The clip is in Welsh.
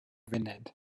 funud